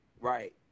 right